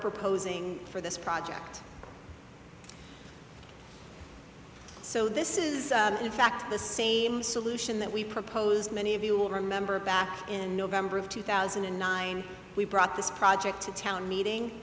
proposing for this project so this is in fact the same solution that we propose many of you will remember back in november of two thousand and nine we brought this project to town